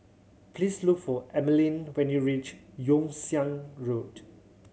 please look for Emeline when you reach Yew Siang Road